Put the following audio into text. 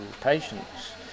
patients